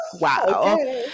wow